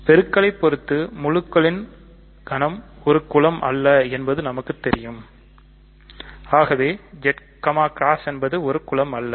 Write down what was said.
பெருக்கலை பொறுத்து முழுக்களின் கணம் ஒரு குலம் அல்ல என்பது நமக்கு தெரியும் Z என்பது ஒரு குலம் அல்ல